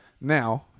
Now